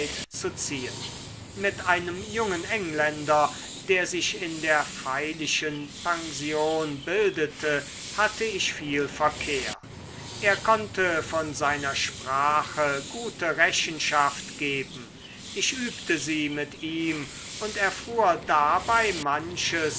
zu ziehen mit einem jungen engländer der sich in der pfeilischen pension bildete hatte ich viel verkehr er konnte von seiner sprache gute rechenschaft geben ich übte sie mit ihm und erfuhr dabei manches